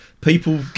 people